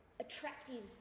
attractive